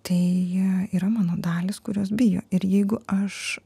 tai yra mano dalys kurios bijo ir jeigu aš